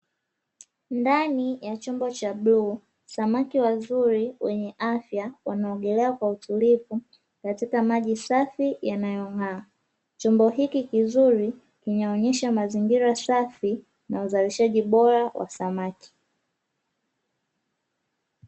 Ndani ya chombo cha bluu, samaki wazuri wenye afya wanaogelea kwa utulivu, katika maji safi yanayong'aa, chombo hiki kizuri kinaonyesha mazingira safi, na uzalishaji bora wa samaki.